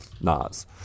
Nas